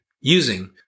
using